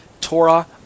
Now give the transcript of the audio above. Torah